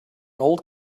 old